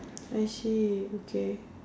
I see okay